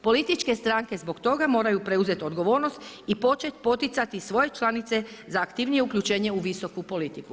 Političke stranke zbog toga moraju preuzet odgovornost i počet poticati svoje članice za aktivnije uključenje u visoku politiku.